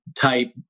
type